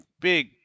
big